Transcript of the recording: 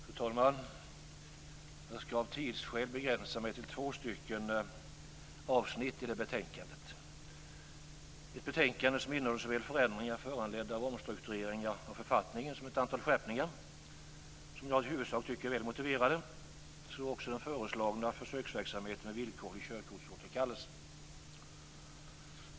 Fru talman! Jag skall av tidsskäl begränsa mig till två avsnitt i betänkandet. Det är ett betänkande som innehåller såväl förändringar föranledda av omstruktureringar i författningen som ett antal skärpningar som jag i huvudsak tycker är väl motiverade. Det gäller också den föreslagna försöksverksamheten med villkorlig körkortsåterkallelse. Fru talman!